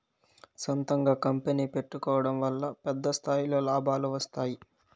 సొంతంగా కంపెనీ పెట్టుకోడం వల్ల పెద్ద స్థాయిలో లాభాలు వస్తాయి